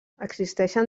existeixen